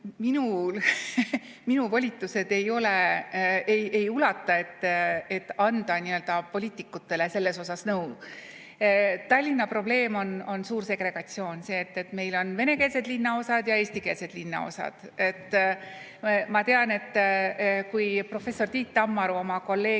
minu volitused ei ulatu, et anda poliitikutele selles osas nõu. Tallinna probleem on suur segregatsioon, see, et meil on venekeelsed linnaosad ja eestikeelsed linnaosad. Ma tean, et kui professor Tiit Tammaru oma kolleegidega